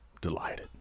delighted